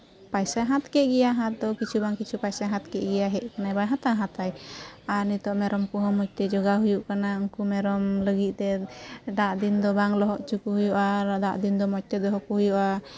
ᱯᱚᱭᱥᱟ ᱦᱟᱛ ᱠᱮᱫ ᱜᱮᱭᱟ ᱦᱟᱛ ᱫᱚ ᱠᱤᱪᱷᱩᱜᱟᱱ ᱵᱟᱝ ᱠᱤᱪᱷᱩ ᱯᱚᱭᱥᱟ ᱦᱟᱛ ᱠᱮᱫ ᱜᱮᱭᱟ ᱦᱮᱡ ᱠᱟᱱᱟᱭ ᱵᱟᱭ ᱦᱟᱛᱟ ᱟᱨ ᱱᱤᱛᱚᱜ ᱢᱮᱨᱚᱢ ᱠᱚ ᱦᱚᱸ ᱢᱚᱡᱛᱮ ᱡᱚᱜᱟᱣ ᱦᱩᱭᱩᱜ ᱠᱟᱱᱟ ᱩᱱᱠᱩ ᱢᱮᱨᱚᱢ ᱞᱟᱹᱜᱤᱫ ᱛᱮ ᱫᱟᱜ ᱫᱤᱱ ᱫᱚ ᱵᱟᱝ ᱞᱚᱦᱚᱫ ᱦᱚᱪᱚ ᱠᱚ ᱦᱩᱭᱩᱜᱼᱟ ᱟᱨ ᱫᱟᱜ ᱫᱤᱱ ᱫᱚ ᱢᱚᱡᱽᱛᱮ ᱫᱚᱦᱚ ᱠᱚ ᱦᱩᱭᱩᱜᱼᱟ